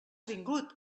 vingut